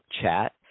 chat